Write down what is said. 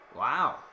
Wow